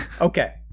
Okay